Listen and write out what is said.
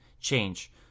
change